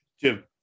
jim